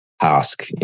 task